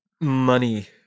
money